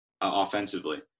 offensively